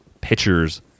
pitchers